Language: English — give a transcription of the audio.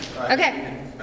Okay